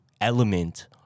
element